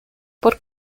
por